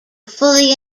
fully